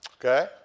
Okay